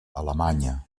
alemanya